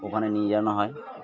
ওখানে নিয়ে যাওয়া হয়